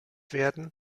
werden